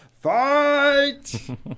Fight